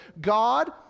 God